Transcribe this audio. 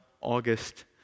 August